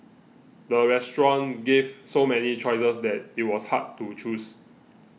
the restaurant gave so many choices that it was hard to choose